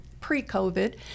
pre-COVID